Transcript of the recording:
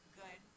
good